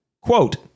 Quote